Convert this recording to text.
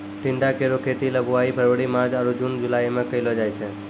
टिंडा केरो खेती ल बुआई फरवरी मार्च आरु जून जुलाई में कयलो जाय छै